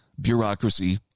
bureaucracy